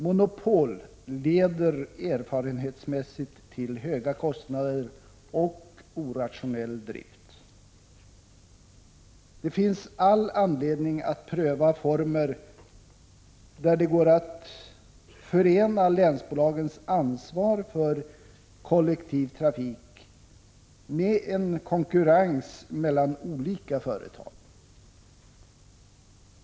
Monopol leder erfarenhetsmässigt till höga kostnader och orationell drift. Det finns all anledning att pröva former där det går att förena länsbolagens ansvar för kollektiv trafik med en konkurrens mellan olika företag.